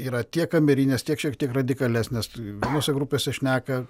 yra tiek kamerinės tiek šiek tiek radikalesnės vienose grupėse šneka